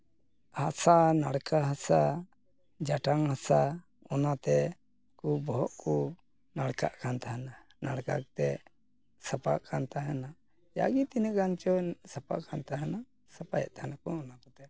ᱦᱟᱥᱟ ᱱᱟᱲᱠᱟ ᱦᱟᱥᱟ ᱡᱟᱴᱟᱝ ᱦᱟᱥᱟ ᱚᱱᱟᱛᱮ ᱠᱚ ᱵᱚᱦᱚᱜ ᱠᱚ ᱱᱟᱲᱠᱟᱜ ᱠᱟᱱ ᱛᱟᱦᱮᱱᱟ ᱱᱟᱲᱠᱟ ᱠᱟᱛᱮᱫ ᱥᱟᱯᱟᱜ ᱠᱟᱱ ᱛᱟᱦᱮᱱᱟ ᱡᱟᱜᱮ ᱛᱤᱱᱟᱹᱜ ᱜᱟᱱ ᱪᱚᱝ ᱥᱟᱯᱟᱜ ᱠᱟᱱ ᱛᱟᱦᱮᱱᱟ ᱥᱟᱯᱟᱭᱮᱫ ᱛᱟᱦᱮᱱᱟᱠᱚ ᱚᱱᱟ ᱠᱚᱛᱮ